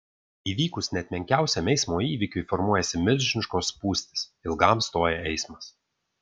įvykus net menkiausiam eismo įvykiui formuojasi milžiniškos spūstys ilgam stoja eismas